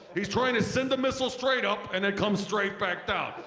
heis trying to send a missile straight up and it comes straight back down.